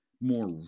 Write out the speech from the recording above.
more